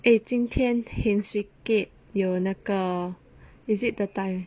eh 今天 heng swee keat 有那个 is it the time